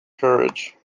courage